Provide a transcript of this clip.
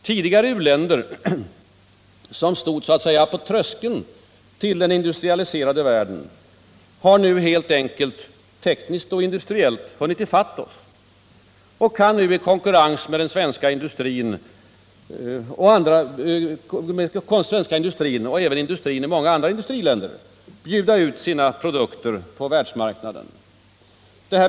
Tidigare uländer, som stod på tröskeln till den industrialiserade världen, har nu helt enkelt tekniskt och industriellt hunnit i fatt oss och kan i konkurrens med oss och även med många andra industriländer bjuda ut sina produkter på världsmarknaden.